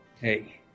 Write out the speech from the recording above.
hey